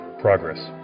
Progress